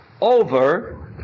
over